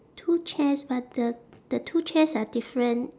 two chairs but the the two chairs are different